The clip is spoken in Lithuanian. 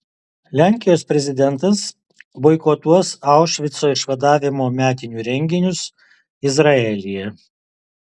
lenkijos prezidentas boikotuos aušvico išvadavimo metinių renginius izraelyje